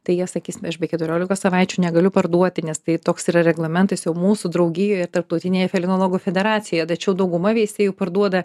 tai jie sakys aš be keturiolikos savaičių negaliu parduoti nes tai toks yra reglamentas jau mūsų draugijoje ir tarptautinėje felinologų federacijoje tačiau dauguma veisėjų parduoda